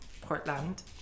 Portland